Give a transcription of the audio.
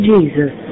Jesus